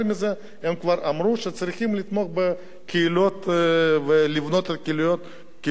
הם כבר אמרו שצריכים לתמוך בקהילות ולבנות על קהילות חרדיות